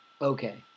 Okay